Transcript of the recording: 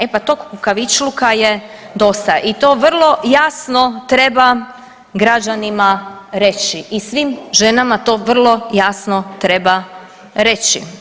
E pa tog kukavičluka je dosta i to vrlo jasno treba građanima reći i svim ženama to vrlo jasno treba reći.